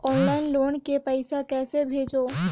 Online loan के पईसा कइसे भेजों?